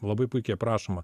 labai puikiai aprašoma